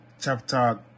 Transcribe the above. chapter